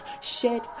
Shed